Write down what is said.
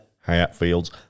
Hatfields